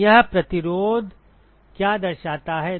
यह प्रतिरोध क्या दर्शाता है